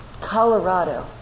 Colorado